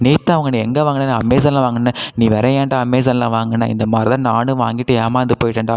நேற்று தான் வாங்குனியா எங்கே வாங்குன நான் அமேசானில் வாங்குனேன் நீ வேற ஏன்டா அமேசானில் வாங்குன இந்த மாதிரி தான் நானும் வாங்கிட்டு ஏமார்ந்து போயிட்டேன்டா